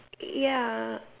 ya